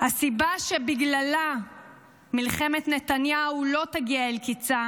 הסיבה שבגללה מלחמת נתניהו לא תגיע אל קיצה